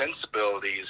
sensibilities